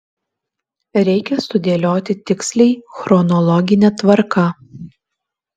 reikia sudėlioti tiksliai chronologine tvarka